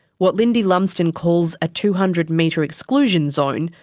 what lindy lumsden calls a two hundred metre exclusion zone,